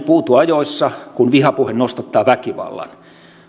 puutu ajoissa kun vihapuhe nostattaa väkivallan